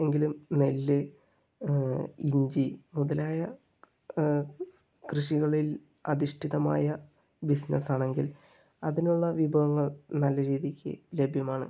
എങ്കിലും നെല്ല് ഇഞ്ചി മുതലായ കൃഷികളിൽ അധിഷ്ഠിതമായ ബിസിനസ് ആണെങ്കിൽ അതിനുള്ള വിഭവങ്ങൾ നല്ല രീതിയ്ക്ക് ലഭ്യമാണ്